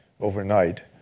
overnight